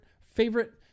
favorite